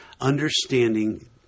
understanding